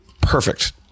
perfect